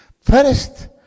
First